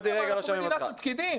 מה אנחנו מדינה של פקידים?